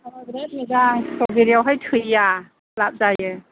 हाबा बिराद मोजां स्ट्रबेरियावहाय थैया लाब जायो